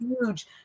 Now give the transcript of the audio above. huge